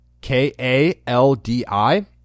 K-A-L-D-I